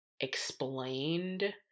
explained